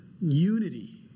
unity